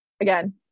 Again